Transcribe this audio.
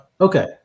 Okay